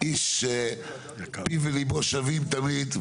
איש שפיו וליבו שווים תמיד,